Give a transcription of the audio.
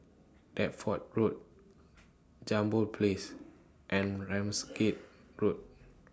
Deptford Road Jambol Place and Ramsgate Road